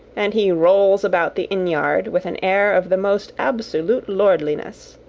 and he rolls about the inn-yard with an air of the most absolute lordliness.